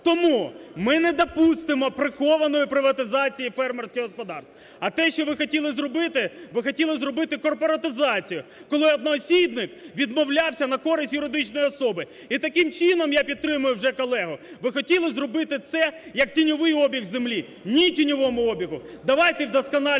Тому ми не допустимо прихованої приватизації фермерських господарств. А те, що ви хотіли зробити, ви хотіли зробити корпоратизацію, коли одноосібник відмовлявся на користь юридичної особи. І таким чином, я підтримую вже колегу, ви хотіли зробити це як тіньовий обіг землі. Ні тіньовому обігу! Давайте вдосконалювати